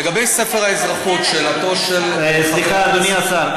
לגבי ספר האזרחות, שאלתו של, סליחה, אדוני השר.